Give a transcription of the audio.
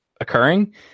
occurring